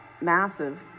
massive